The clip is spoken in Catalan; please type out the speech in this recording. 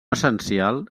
essencial